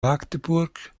magdeburg